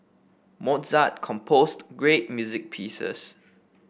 Mozart composed great music pieces